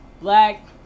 black